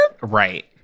right